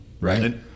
Right